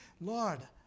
Lord